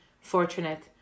fortunate